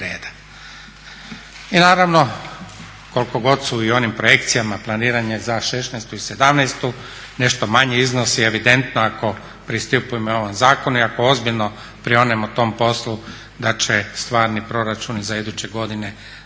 I naravno koliko god su i u onim projekcijama planiranje za 2016. i 2017. nešto manji iznosi evidentno ako pristupimo ovom zakonu i ako ozbiljno prionemo tom poslu da će stvarni proračuni za iduće godine značiti